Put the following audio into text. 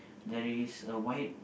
there is a white